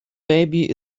baby